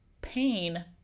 pain